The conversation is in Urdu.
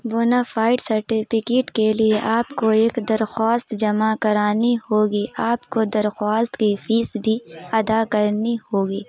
بونافائیڈ سرٹیکیٹ کے لیے آپ کو ایک درخواست جمع کرانی ہوگی آپ کو درخواست کی فیس بھی ادا کرنی ہوگی